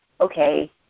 okay